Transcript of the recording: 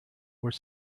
were